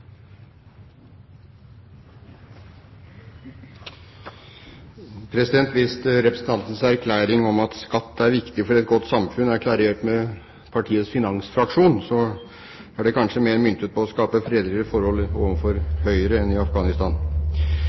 viktig for et godt samfunn, er klarert med partiets finansfraksjon, er det kanskje mer myntet på å skape fredeligere forhold overfor Høyre enn i Afghanistan.